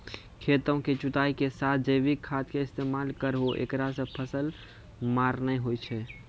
खेतों के जुताई के साथ जैविक खाद के इस्तेमाल करहो ऐकरा से फसल मार नैय होय छै?